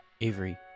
Avery